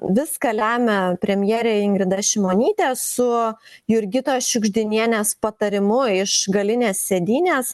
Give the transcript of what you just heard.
viską lemia premjerė ingrida šimonytė su jurgitos šiugždinienės patarimu iš galinės sėdynės